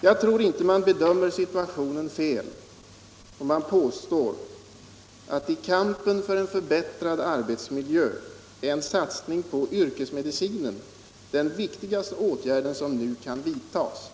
Jag tror inte man bedömer situationen fel om man påstår att i kampen för en förbättrad arbetsmiljö är en satsning på yrkesmedicinen den viktigaste åtgärd som nu kan vidtas.